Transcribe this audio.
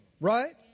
right